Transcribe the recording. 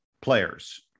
players